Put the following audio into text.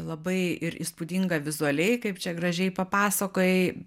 labai ir įspūdinga vizualiai kaip čia gražiai papasakojai